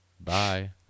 Bye